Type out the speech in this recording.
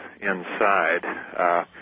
inside